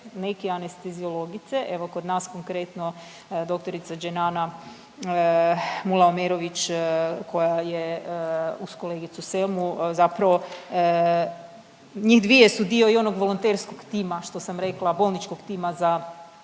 neke anesteziologice, evo kod nas konkretno dr. Dženana Mulaomerović koja je uz kolegicu Selmu zapravo njih dvije su dio i onog volonterskog tima što sam rekla, bolničkog tima za